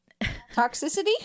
Toxicity